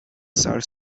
sar